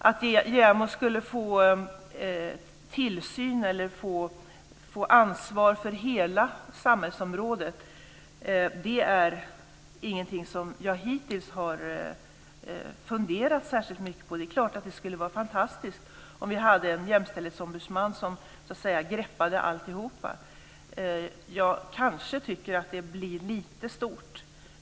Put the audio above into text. Att JämO skulle få ansvar för hela samhällsområdet är ingenting som jag hittills har funderat särskilt mycket på. Det är klart att det skulle vara fantastiskt om vi hade en jämställdhetsombudsman som så att säga greppade alltihop. Jag tycker kanske att det blir lite stort.